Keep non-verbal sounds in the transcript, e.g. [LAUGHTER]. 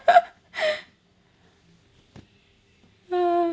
[LAUGHS]